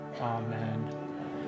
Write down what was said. Amen